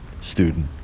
student